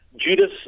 Judas